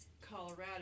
Colorado